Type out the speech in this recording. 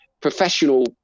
professional